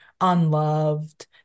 unloved